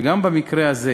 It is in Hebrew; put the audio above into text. וגם במקרה הזה.